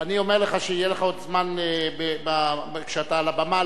אני אומר לך שיהיה לך עוד זמן לענות כשאתה על הבמה,